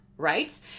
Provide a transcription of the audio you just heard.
right